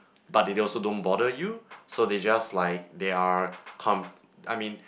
but they also don't bother you so they just like they're come I mean